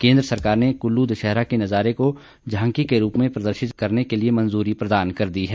केन्द्र सरकार ने कुल्लू दशहरा के नजारे को झांकी के रूप में प्रदर्शित करने के लिए मंजूरी प्रदान कर दी है